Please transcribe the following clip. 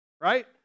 right